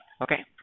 Okay